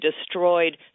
destroyed